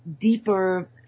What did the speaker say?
deeper